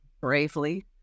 bravely